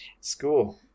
school